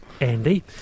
Andy